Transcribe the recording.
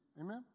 Amen